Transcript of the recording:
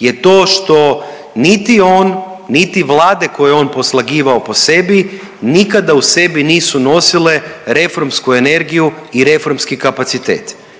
je to što niti on niti vlade koje je on poslagivao po sebi nikada u sebi nisu nosile reformsku energiju i reformski kapacitet